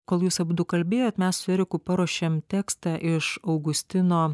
kol jūs abudu kalbėjot mes su eriku paruošėm tekstą iš augustino